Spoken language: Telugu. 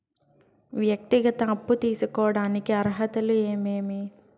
వ్యక్తిగత అప్పు తీసుకోడానికి అర్హతలు ఏమేమి